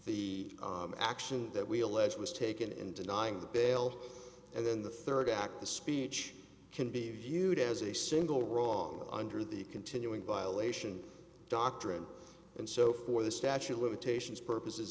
the action that we allege was taken in denying the bail and then the third act the speech can be viewed as a single wrong under the continuing violation doctrine and so for the statute of limitations purposes